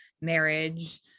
marriage